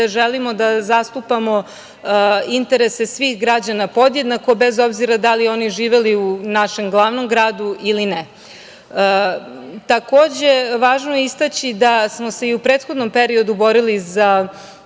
da želimo da zastupamo interese svih građana podjednako, bez obzira da li oni živeli u našem glavnom gradu ili ne. Važno je istaći da smo se i u prethodnom periodu borili za